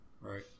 Right